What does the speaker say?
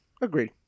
Agreed